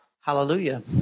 Hallelujah